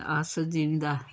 अस जिमींदार